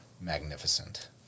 magnificent